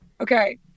okay